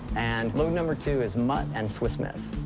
and load number two is mutt and swiss miss.